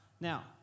Now